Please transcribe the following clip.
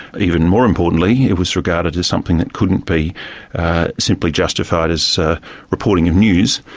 even more importantly, it was regarded as something that couldn't be simply justified as reporting of news,